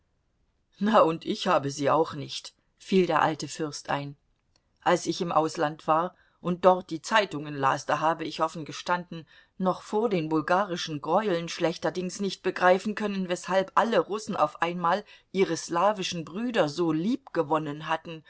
na und ich habe sie auch nicht fiel der alte fürst ein als ich im ausland war und dort die zeitungen las da habe ich offen gestanden noch vor den bulgarischen greueln schlechterdings nicht begreifen können weshalb alle russen auf einmal ihre slawischen brüder so liebgewonnen hatten